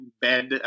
bed